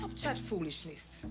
stop that foolishness.